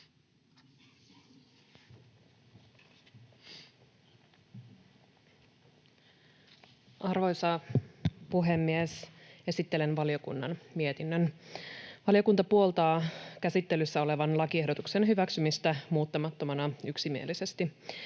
Arvoisa puhemies! Esittelen valiokunnan mietinnön. Valiokunta puoltaa käsittelyssä olevan lakiehdotuksen hyväksymistä muuttamattomana yksimielisesti.